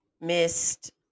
missed